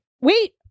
Wait